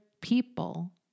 people